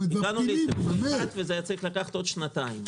אנחנו בדקנו וזה היה צריך לקחת עוד שנתיים.